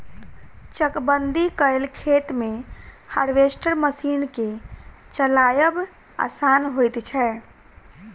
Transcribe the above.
चकबंदी कयल खेत मे हार्वेस्टर मशीन के चलायब आसान होइत छै